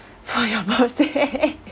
for your birthday